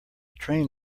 train